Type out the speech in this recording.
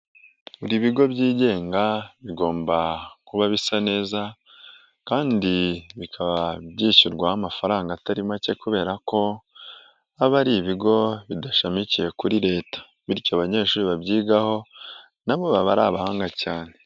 Buri bigo byigenga bigomba kuba bisa neza kandi bikaba byishyurwa amafaranga atari make kubera ko aba ari ibigo bidashamikiye kuri leta, bityo abanyeshuri babyigaho nabo baba ari abahanga cyane.